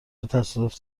تصادف